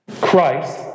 Christ